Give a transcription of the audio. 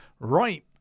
right